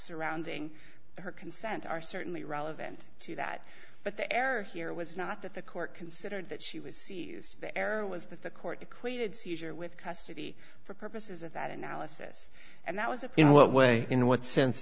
surrounding her consent are certainly relevant to that but the error here was not that the court considered that she was seized the error was that the court equated seizure with custody for purposes of that analysis and that was opinion what way in what sense